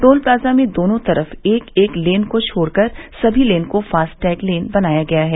toll plaza में दोनों तरफ एक एक लेन को छोड़कर समी लेन को फास्टैग लेन बनाया गया है